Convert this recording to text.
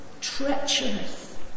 treacherous